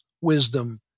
wisdom